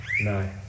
no